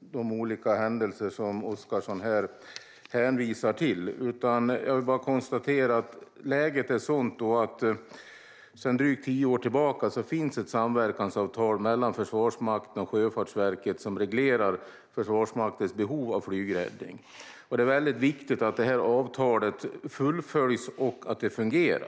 de olika händelser som Oscarsson hänvisar till. Jag vill bara konstatera att läget är sådant att det sedan drygt tio år tillbaka finns ett samverkansavtal mellan Försvarsmakten och Sjöfartsverket som reglerar Försvarsmaktens behov av flygräddning. Det är väldigt viktigt att det avtalet fullföljs och att det fungerar.